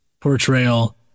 portrayal